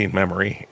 memory